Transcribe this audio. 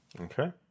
Okay